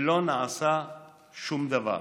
ולא נעשה שום דבר.